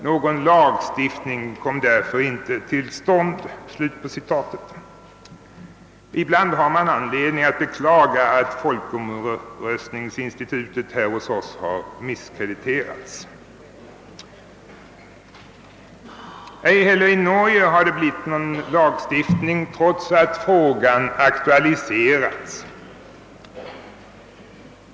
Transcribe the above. Någon lagstiftning kom därför inte till stånd.» Ibland finns det anledning beklaga att folkomröstningsinstitutet i vårt land har misskrediterats. Ej heller i Norge har stiftats någon lag, trots att denna fråga aktualiserats.